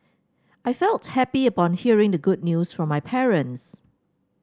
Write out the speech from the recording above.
I felt happy upon hearing the good news from my parents